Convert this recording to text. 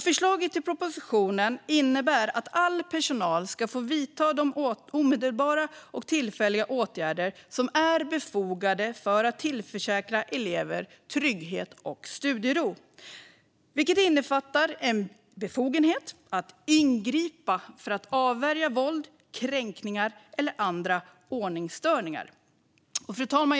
Förslaget i propositionen innebär att all personal ska få vidta de omedelbara och tillfälliga åtgärder som är befogade för att tillförsäkra elever trygghet och studiero. Detta innefattar befogenhet att ingripa för att avvärja våld, kränkningar eller andra ordningsstörningar. Fru talman!